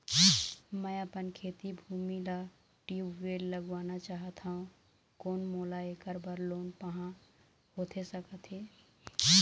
मैं अपन खेती भूमि म ट्यूबवेल लगवाना चाहत हाव, कोन मोला ऐकर बर लोन पाहां होथे सकत हे?